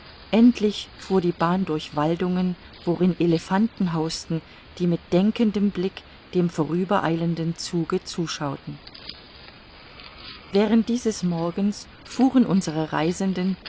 endlich führte die bahn durch waldungen worin elephanten hausten die mit denkendem blick dem vorübereilenden zuge zuschauten während dieses morgens fuhren unsere reisenden